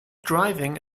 driving